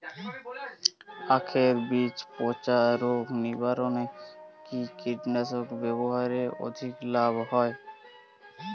আঁখের বীজ পচা রোগ নিবারণে কি কীটনাশক ব্যবহারে অধিক লাভ হয়?